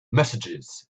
messages